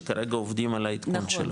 שכרגע עובדים על העדכון שלו.